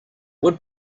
would